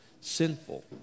sinful